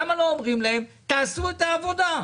למה אנחנו לא אומרים להם: תעשו את העבודה?